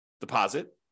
deposit